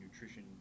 nutrition